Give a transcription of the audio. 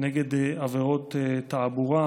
נגד עבירות תעבורה,